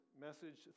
message